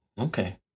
Okay